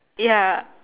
ya